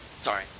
sorry